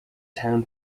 town